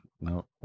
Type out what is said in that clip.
No